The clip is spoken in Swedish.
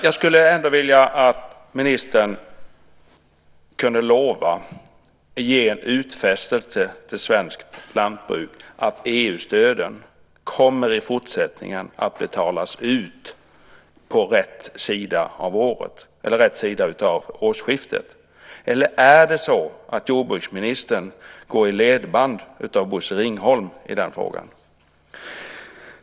Jag skulle ändå vilja att ministern kunde lova att ge en utfästelse till svenskt lantbruk att EU-stöden i fortsättningen kommer att betalas ut på rätt sida om årsskiftet. Eller är det så att jordbruksministern går i ledband på Bosse Ringholm i den frågan?